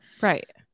Right